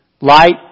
Light